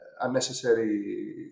unnecessary